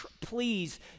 Please